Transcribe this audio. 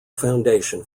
foundation